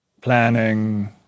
planning